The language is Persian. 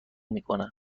میکنه